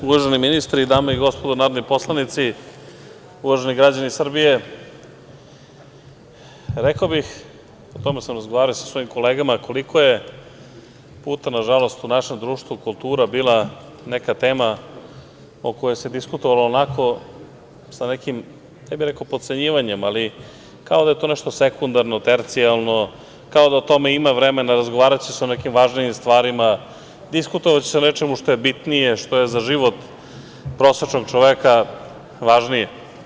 Uvaženi ministri, dame i gospodo narodni poslanici, uvaženi građani Srbije, rekao bih, o tome sam razgovarao i sa svojim kolegama, koliko je puta na žalost u našem društvu kultura bila neka tema o kojoj se diskutovalo sa nekim, ne bih rekao potcenjivanjem, ali kao da je to nešto sekundarno, tercijalno, kao da ima vremena, razgovaraće se o nekim važnijim stvarima, diskutovaće se o nečemu što je bitnije, što je za život prosečnog čoveka važnije.